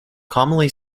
commonly